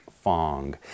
Fong